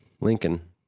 Lincoln